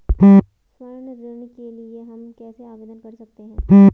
स्वर्ण ऋण के लिए हम कैसे आवेदन कर सकते हैं?